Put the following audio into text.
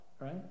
right